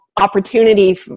opportunity